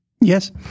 Yes